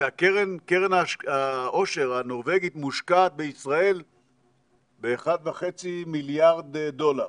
שקרן העושר הנורבגית מושקעת בישראל ב-1.5 מיליארד דולר.